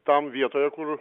tam vietoje kur